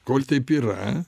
kol taip yra